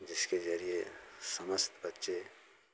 जिसके ज़रिए समस्त बच्चे